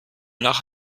nach